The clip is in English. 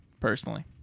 Personally